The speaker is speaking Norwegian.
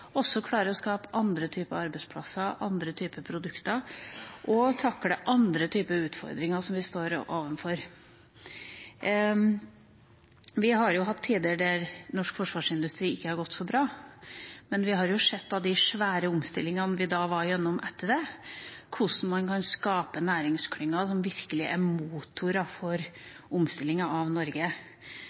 også klarer å skape andre typer arbeidsplasser og andre typer produkter og takle andre typer utfordringer som vi står overfor. Vi har jo hatt tider da norsk forsvarsindustri ikke har gått så bra, men vi har sett av de svære omstillingene vi var igjennom etter det, hvordan man kan skape næringsklynger som virkelig er motorer for omstillinga av Norge.